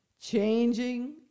Changing